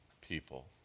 people